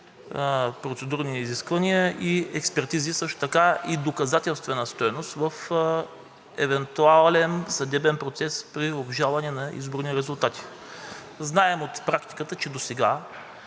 процедурни изисквания и експертизи, също така и доказателствена стойност в евентуален съдебен процес при обжалване на изборни резултати. Знаем от практиката, че досега